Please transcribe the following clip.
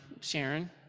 Sharon